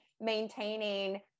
maintaining